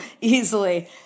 easily